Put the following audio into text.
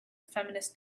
feminist